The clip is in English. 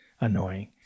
annoying